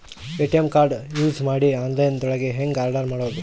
ATM card use ಮಾಡಿ online ದೊಳಗೆ ಹೆಂಗ್ ಆರ್ಡರ್ ಮಾಡುದು?